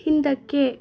ಹಿಂದಕ್ಕೆ